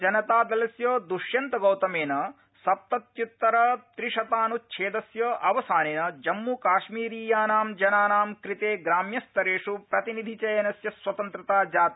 राज्यसभा ज क भारतीयजनतादलस्य दृष्यन्त गौतमेन सप्तत्युत्तरत्रिशतानुच्छेदस्य अवसानेन जम्मू काश्मीरीयाना जनाना कृते ग्राम्यस्तरेष् प्रतिनिधि चयनस्य स्वतन्त्रता जाता